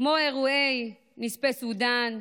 כמו אירועי נספי סודאן,